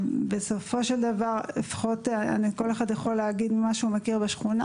כל אחד יכול להגיד מה שהוא מכיר בשכונה